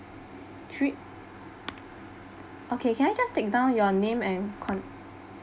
three okay can I just take down your name and con~